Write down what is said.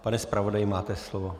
Pane zpravodaji, máte slovo.